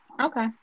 Okay